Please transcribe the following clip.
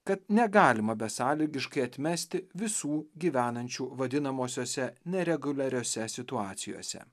kad negalima besąlygiškai atmesti visų gyvenančių vadinamosiose nereguliariose situacijose